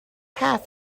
half